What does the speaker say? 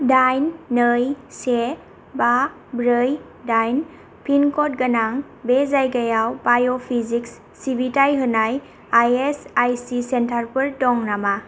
दाइन नै से बा ब्रै दाइन पिनकड गोनां बे जायगायाव बाय'फिजिक्स सिबिथाय होनाय आइएसआइसि सेन्टारफोर दं नामा